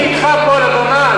פה על הבמה,